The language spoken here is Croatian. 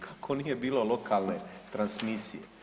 Kako nije bilo lokalne transmisije?